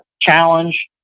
challenge